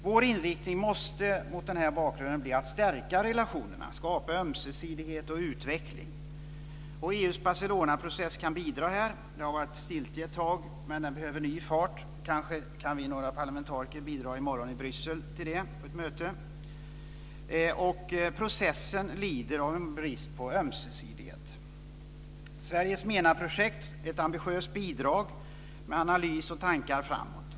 Vår inriktning måste mot denna bakgrund bli att stärka relationerna och skapa ömsesidighet och utveckling. Och EU:s Barcelonaprocess kan här bidra. Det har varit stiltje ett tag, men den behöver ny fart. Kanske kan några av oss parlamentariker bidra till det på ett möte i Bryssel i morgon. Processen lider av en brist på ömsesidighet. Sveriges MENA-projekt är ett ambitiöst bidrag med analys och tankar framåt.